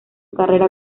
carrera